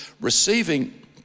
receiving